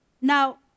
Now